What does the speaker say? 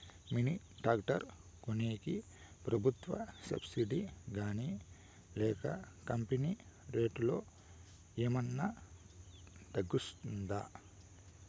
Mini tractor కొనేకి ప్రభుత్వ subsidy గాని లేక కంపెని రేటులో ఏమన్నా తగ్గిస్తుందా?